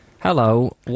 Hello